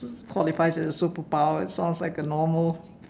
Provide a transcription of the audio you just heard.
qualifies as a superpower it sounds like a normal